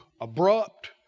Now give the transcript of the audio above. abrupt